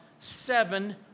seven